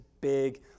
big